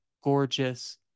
gorgeous